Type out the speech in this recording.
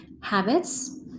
habits